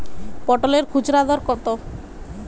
পটলের খুচরা দর কত?